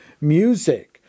music